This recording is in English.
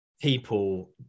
people